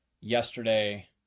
yesterday